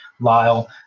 Lyle